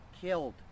killed